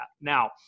Now